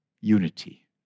unity